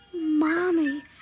Mommy